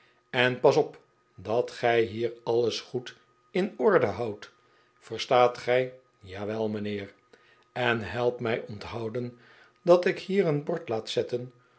en pas op dat gij hier alles goed in orde houdt verstaat gij jawel mijnheer en help mij onthouden dat ik hier een bord laat zetten